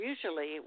usually